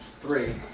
three